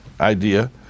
idea